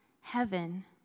heaven